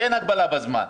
ואין הגבלה בזמן.